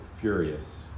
furious